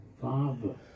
Father